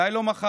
אולי לא מחר,